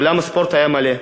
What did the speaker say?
אולם הספורט היה מלא.